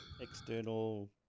External